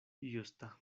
justa